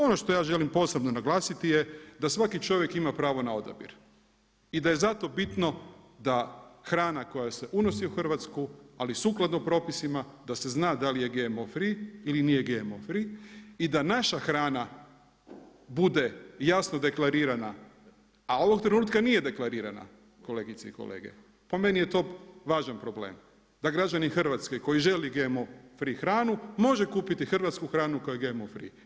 Ono što ja želim posebno naglasiti je da svaki čovjek ima pravo na odabir i da je zato bitno da hrana koja se unosi u Hrvatsku, ali sukladno propisima da se zna da li je GMO free ili nije GMO free i da naša hrana bude jasno deklarirana, a ovog trenutka nije deklarirana kolegice i kolege, po meni je to važan problem, da građani Hrvatske koji želi GMO free hranu može kupiti hrvatsku hranu koja je GMO free.